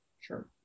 Sure